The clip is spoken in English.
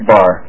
Bar